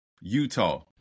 Utah